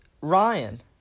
Ryan